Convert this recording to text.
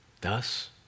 Thus